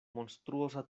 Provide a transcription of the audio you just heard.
monstruosa